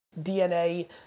DNA